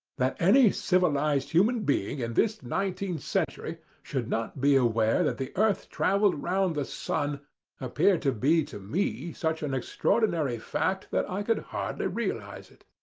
that any civilized human being in and this nineteenth century should not be aware that the earth travelled round the sun appeared to be to me such an extraordinary fact that i could hardly realize it.